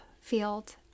field